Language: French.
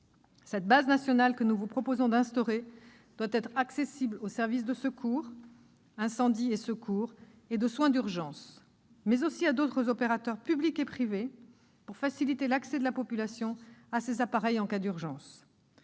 Cette base nationale que nous vous proposons d'instaurer doit être accessible aux services d'incendie et de secours et de soins d'urgence, mais aussi à d'autres opérateurs publics et privés pour faciliter l'accès de la population à ces appareils en cas d'urgence.